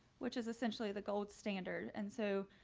which is essentially the gold standard and so